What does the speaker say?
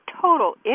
total